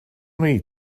wnei